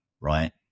right